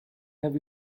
have